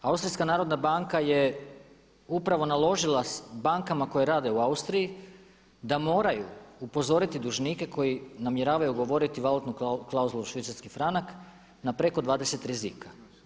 Austrijska narodna banka je upravo naložila bankama koje rade u Austriji da moraju upozoriti dužnike koji namjeravaju ugovoriti valutnu klauzulu švicarski franak na preko 20 rizika.